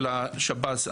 של השב"ס.